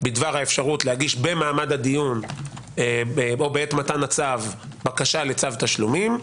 בדבר האפשרות להגיש במעמד הדיון או בעת מתן הצו בקשה לצו תשלומים.